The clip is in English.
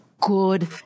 good